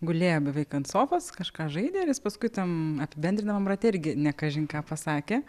gulėjo beveik ant sofos kažką žaidė ir jis paskui tam apibendrinamam rate irgi ne kažin ką pasakė